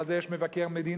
ועל זה יש מבקר מדינה,